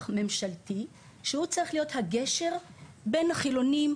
ממשלתי שהוא צריך להיות הגשר בין החילוניים,